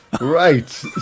Right